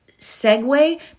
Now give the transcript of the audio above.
segue